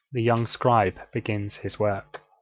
the young scribe begins his work.